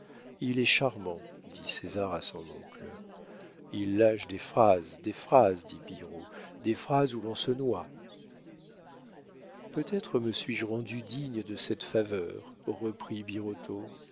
il est charmant dit césar à son oncle il lâche des phrases des phrases dit pillerault des phrases où l'on se noie peut-être me suis-je rendu digne de cette faveur reprit birotteau